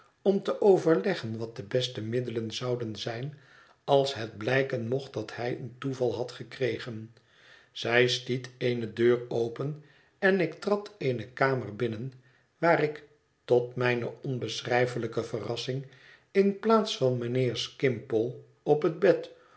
om te overleggen wat de beste middelen zouden zijn als het blijken mocht dat hij een toeval had gekregen zij stiet eene deur open en ik trad eene kamer binnen waar ik tot mijne onbeschrijfelijke verrassing in plaats van mijnheer skimpole op het bed